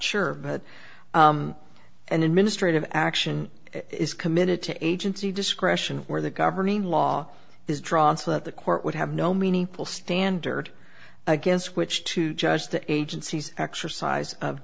sure but an administrative action is committed to agency discretion where the governing law is drawn so that the court would have no meaningful standard against which to judge the agency's exercise of